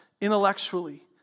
intellectually